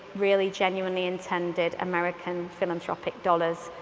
really genuinely intended american philanthropic dollars.